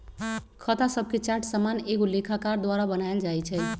खता शभके चार्ट सामान्य एगो लेखाकार द्वारा बनायल जाइ छइ